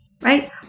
right